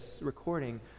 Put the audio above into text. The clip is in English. recording